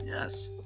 Yes